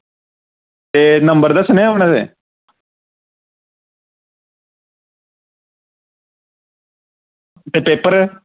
ते नंबर दसनें उनें ते ते पेपर